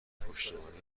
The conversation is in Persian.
پشتوانه